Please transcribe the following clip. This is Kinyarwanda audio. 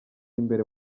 imbere